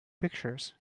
pictures